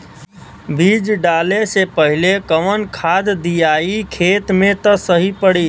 बीज डाले से पहिले कवन खाद्य दियायी खेत में त सही पड़ी?